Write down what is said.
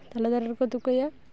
ᱛᱟᱞᱮ ᱫᱟᱨᱮ ᱨᱮᱠᱚ ᱛᱩᱠᱟᱹᱭᱟ